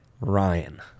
Ryan